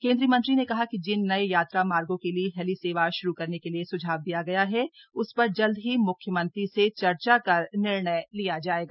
केंद्रीय मंत्री ने कहा कि जिन नये यात्रा मार्गों के लिए हेली सेवा श्रू करने के लिए स्झाव दिया गया है उस पर जल्द ही म्ख्यमंत्री से चर्चा कर निर्णय लिया जायेगा